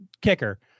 kicker